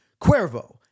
Cuervo